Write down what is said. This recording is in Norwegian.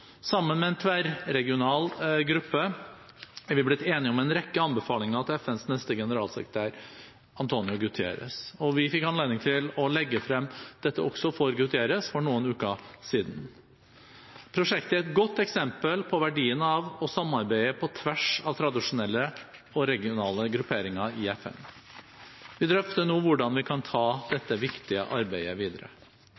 Sammen med en tverregional gruppe er vi blitt enige om en rekke anbefalinger til FNs neste generalsekretær, António Guterres. Vi fikk også anledning til å legge frem dette for Guterres for noen uker siden. Prosjektet er et godt eksempel på verdien av å samarbeide på tvers av tradisjonelle og regionale grupperinger i FN. Vi drøfter nå hvordan vi kan ta